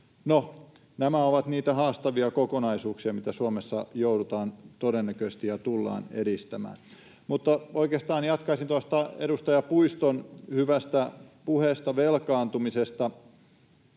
nämä ovat niitä haastavia kokonaisuuksia, mitä Suomessa joudutaan todennäköisesti ja tullaan edistämään. Mutta oikeastaan jatkaisin edustaja Puiston hyvästä puheesta velkaantumisesta.